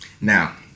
Now